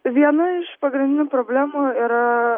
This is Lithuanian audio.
viena iš pagrindinių problemų yra